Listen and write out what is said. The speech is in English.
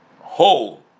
whole